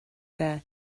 their